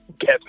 Get